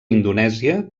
indonèsia